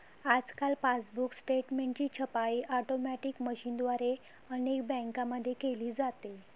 आजकाल पासबुक स्टेटमेंटची छपाई ऑटोमॅटिक मशीनद्वारे अनेक बँकांमध्ये केली जाते